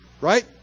right